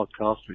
podcast